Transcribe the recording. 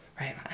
right